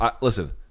Listen